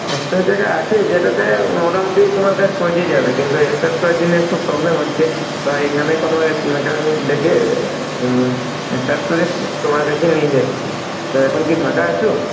extra চাকা আছে যেটাতে মোটামুটি তোমার কাছে পৌঁছে যাবে কিন্তু স্টার্ট করার জন্য একটু প্রব্লেম হচ্ছে তো এখানে কোন এক মেকানিক ডেকে স্টার্ট করে তোমার কাছে নিয়ে যাচ্ছি তা এখন কি ফাঁকা আছো